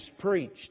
preached